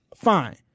Fine